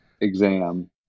exam